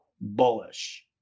bullish